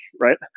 right